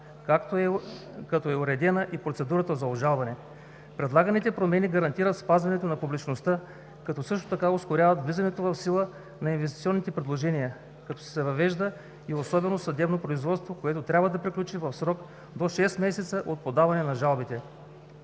като е уредена и процедурата за обжалване. Предлаганите промени гарантират спазването на публичността, като също така ускоряват влизането в сила на инвестиционните предложения, като се въвежда и особено съдебно производство, което трябва да приключи в срок до шест месеца от подаване на жалбите.